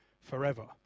forever